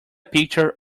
picture